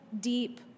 deep